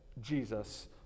Jesus